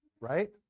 Right